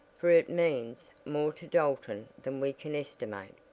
for it means more to dalton than we can estimate.